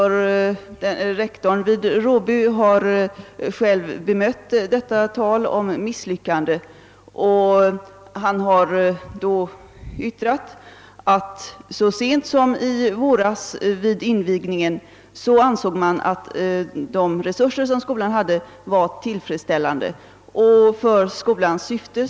Rektorn vid skolan har själv bemött det talet och sagt att så sent som i våras vid invigningen ansåg man att skolans resurser var tillfredsställande för skolans syfte.